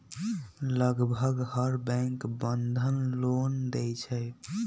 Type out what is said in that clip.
लगभग हर bank Bandhan loan देई छई